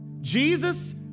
Jesus